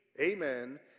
amen